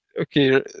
okay